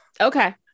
okay